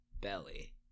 belly